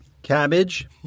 Cabbage